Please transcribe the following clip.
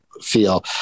feel